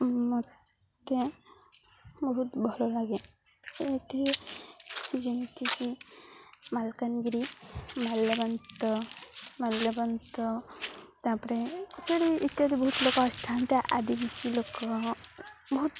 ମୋତେ ବହୁତ ଭଲ ଲାଗେ ଏଥି ଯେମିତିକି ମାଲକାନଗିରି ମାଲ୍ୟବନ୍ତ ମାଲ୍ୟବନ୍ତ ତାପରେ ସେଇଠି ଇତ୍ୟାଦି ବହୁତ ଲୋକ ଆସିଥାନ୍ତେ ଆଦିବାସୀ ଲୋକ ବହୁତ